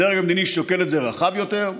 הדרג המדיני שוקל את זה רחב יותר.